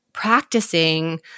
Practicing